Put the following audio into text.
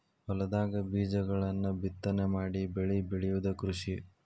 ಹೊಲದಾಗ ಬೇಜಗಳನ್ನ ಬಿತ್ತನೆ ಮಾಡಿ ಬೆಳಿ ಬೆಳಿಯುದ ಕೃಷಿ